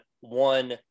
one